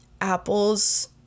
apples